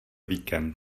víkend